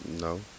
No